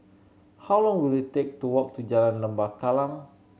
how long will it take to walk to Jalan Lembah Kallang